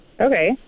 okay